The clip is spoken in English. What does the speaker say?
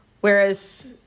Whereas